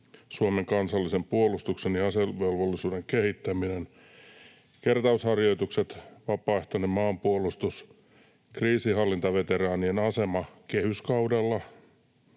Suomen kansallisen puolustuksen ja asevelvollisuuden kehittäminen, kertausharjoitukset, vapaaehtoinen maanpuolustus, kriisinhallintaveteraanien asema kehyskaudella,